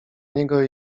niego